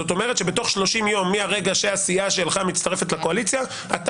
זאת אומרת שתוך 30 יום מרגע שהסיעה שלך מצטרפת לקואליציה אתה